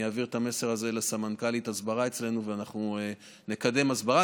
אני אעביר את המסר הזה לסמנכ"לית ההסברה אצלנו ואנחנו נקדם הסברה.